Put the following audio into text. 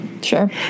Sure